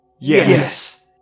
Yes